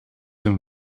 een